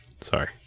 Sorry